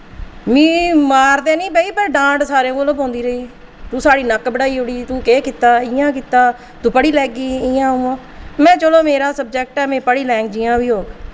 मिगी मार ते निं पेई पर डांट सारे कोला पौंदी रेही तू साढ़ी नक्क बढाई ओड़ी तू केह् कीता इयां कीता तू पढ़ी लैगी इयां उ'आं मेहें चलो मेरा सब्जेक्ट ऐ में पढ़ी लैंग जि'यां बी होग